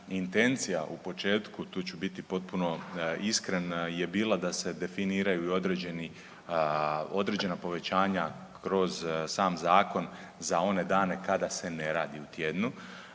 intencija u početku tu ću biti potpuno iskren je bila da se definiraju i određeni, određena povećanja kroz sam zakon za one dane kada se ne radi u tjednu